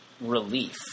relief